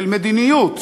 של מדיניות,